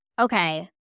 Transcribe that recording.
okay